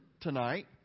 tonight